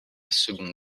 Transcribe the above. seconde